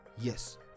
Yes